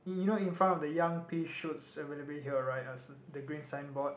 you know in front of the young pea shoots available here right the green signboard